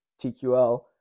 TQL